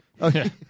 okay